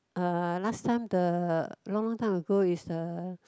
uh last time the long long time ago is the